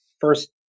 first